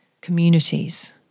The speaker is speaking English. Communities